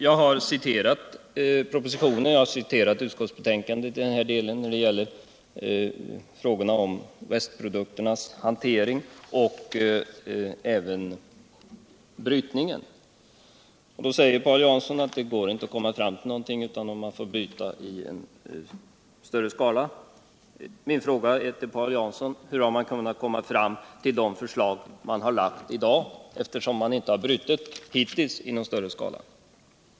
Jag har citerat ur propositionen och utskottsbetänkandet när det gäller frågan om hanteringen av restprodukten och även när det gäller frågan om brytningen. Då säger Paul Jansson att det inte går att komma fram till någonting, om man inte får bryta i större skala. Min fråga till Paul Jansson blir då: Hur har man kunnat komma fram till de förslag som nu föreligger, då det hittills inte förekommit brytning i någon större skala?